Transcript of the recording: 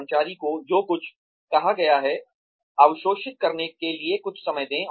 कर्मचारी को जो कुछ कहा गया है अवशोषित करने के लिए कुछ समय दें